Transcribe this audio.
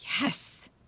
Yes